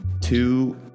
two